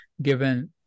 Given